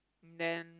then